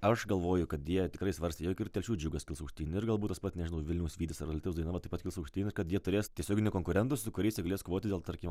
aš galvoju kad jie tikrai svarstė jog ir telšių džiugas kils aukštyn ir galbūt tas pat nežinau vilniaus vytis ar alytaus dainava taip pat kils aukštyn kad jie turės tiesioginių konkurentų su kuriais jie galėsi kovoti dėl tarkim